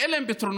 שאין להם פתרונות.